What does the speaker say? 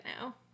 now